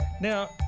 Now